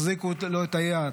החזיקו לו את היד,